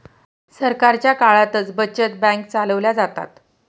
सरकारच्या काळातच बचत बँका चालवल्या जातात